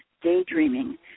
daydreaming